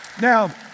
Now